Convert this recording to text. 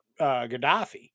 Gaddafi